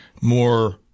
more